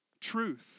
Truth